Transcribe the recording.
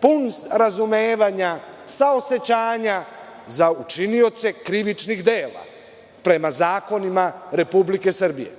pun razumevanja, saosećanja za učinioce krivičnih dela prema zakonima Republike Srbije.